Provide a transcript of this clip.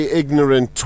ignorant